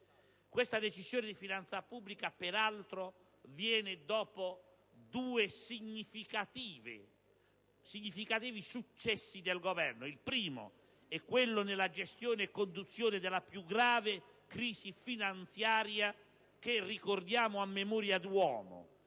Questa Decisione di finanza pubblica, peraltro, viene dopo, e certifica, due significativi successi del Governo. Il primo è quello della gestione e conduzione della più grave crisi finanziaria che si ricordi a memoria d'uomo,